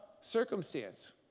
circumstance